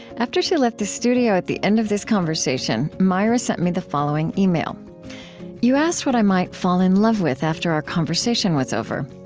after she left the studio at the end of this conversation, maira sent me the following email you asked what i might fall in love with after our conversation was over.